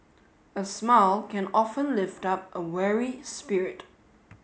a smile can often lift up a weary spirit